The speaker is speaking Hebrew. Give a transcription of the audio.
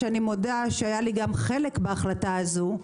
שאני מודה שהיה לי חלק בהחלטה הזו,